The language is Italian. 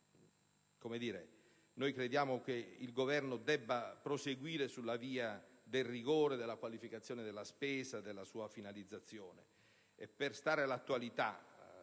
*(PdL)*. Noi crediamo che il Governo debba proseguire sulla via del rigore, della qualificazione della spesa, della sua finalizzazione.